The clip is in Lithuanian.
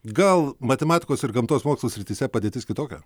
gal matematikos ir gamtos mokslų srityse padėtis kitokia